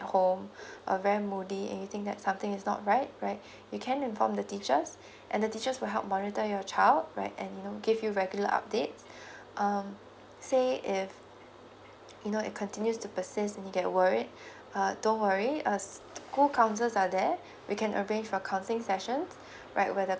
at home uh very moody anything that something is not right right you can inform the teachers and the teachers will help monitor your child right and you give you regular updates um say if you know it continues to persist and get worried uh don't worry uh school councils are there we can arrange a counselling session right where the